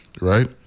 right